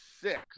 six